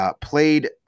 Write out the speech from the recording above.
played